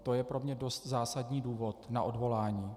To je pro mne dost zásadní důvod na odvolání.